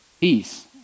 peace